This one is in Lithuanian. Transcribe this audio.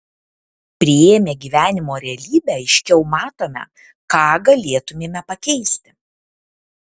priėmę gyvenimo realybę aiškiau matome ką galėtumėme pakeisti